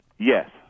Yes